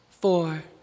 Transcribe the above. Four